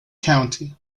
county